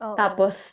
tapos